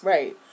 Right